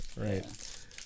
right